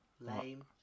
lame